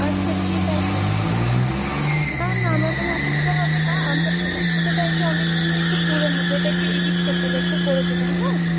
আচ্ছা ঠিক আছে না না আমার কোনো অসুবিধা হবে না আমার বোনের ফটোটা আরকি অনেকদিনের একটু পুরানো ওটা একটু এডিট করতে হবে করে দেবেন হ্যাঁ